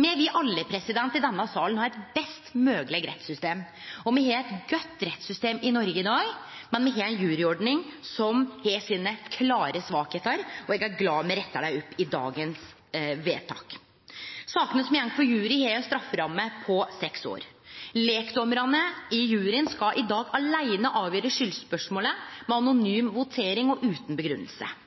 Me vil alle i denne salen ha eit best mogleg rettssystem, og me har eit godt rettssystem i Noreg i dag, men me har ei juryordning som har sine klare svakheiter, og eg er glad me rettar dei opp i dagens vedtak. Sakene som går for jury, har ei strafferamme på seks år. Lekdommarane i juryen skal i dag aleine avgjere skuldspørsmålet, med anonym votering og utan grunngjeving.